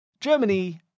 Germany